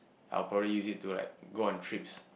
I'll probably use it to like go on trips